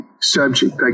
subject